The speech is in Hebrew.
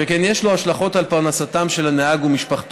שכן יש לו השלכות על פרנסתם של הנהג ומשפחתו,